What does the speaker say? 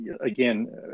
again